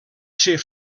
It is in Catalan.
ser